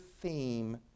theme